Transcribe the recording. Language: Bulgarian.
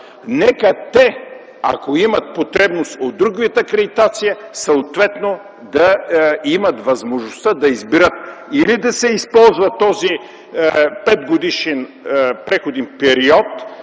Нека те, ако имат потребност от друг вид акредитация, съответно да имат възможността да изберат – или да се използва този петгодишен преходен период,